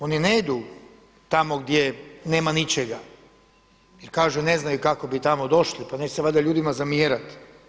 Oni ne idu tamo gdje nema ničega jer kažu ne znaju kako bi tamo došli, pa neće se valjda ljudima zamjerati.